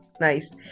nice